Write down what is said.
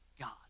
God